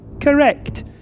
Correct